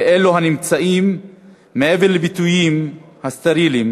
לאלו הנמצאים מעבר לביטויים הסטריליים